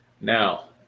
now